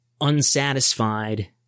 unsatisfied